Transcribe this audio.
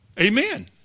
Amen